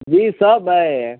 जी सब है